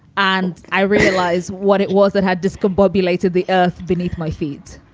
and i realized what it was that had discombobulated the earth beneath my feet